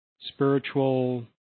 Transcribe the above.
spiritual